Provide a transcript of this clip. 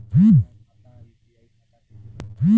हमार खाता यू.पी.आई खाता कइसे बनी?